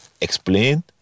explain